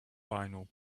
vinyl